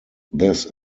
this